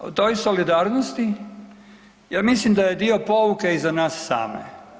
O toj solidarnosti ja mislim da je dio pouke i za nas same.